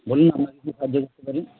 বলুন আপনাকে কি সাহায্য করতে পারি